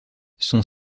son